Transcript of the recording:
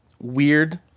weird